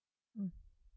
mm